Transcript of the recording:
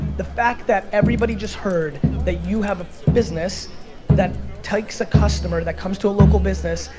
the fact that everybody just heard that you have a business that takes a customer that comes to a local business,